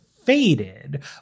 faded